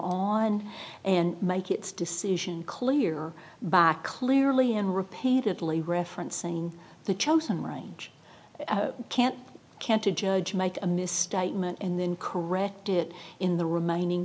on and make its decision clear by clearly and repeatedly referencing the chosen range can't can't a judge make a misstatement and then correct it in the remaining